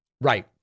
Right